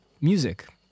music